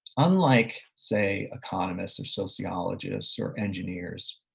unlike, say, economists or sociologists or engineers,